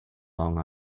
long